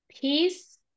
peace